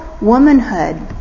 womanhood